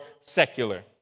secular